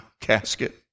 casket